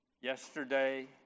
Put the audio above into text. yesterday